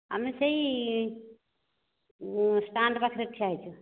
ଆମେ ସେଇ ଷ୍ଟାଣ୍ଡ୍ ପାଖରେ ଠିଆ ହୋଇଛୁ